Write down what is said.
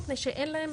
מפני שאין להם,